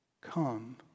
come